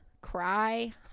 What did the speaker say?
cry